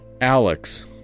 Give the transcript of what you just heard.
Alex